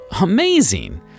Amazing